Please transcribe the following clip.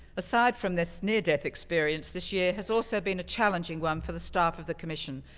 aside from this near death experience, this year has also been a challenging one for the staff of the commission.